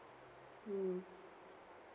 mm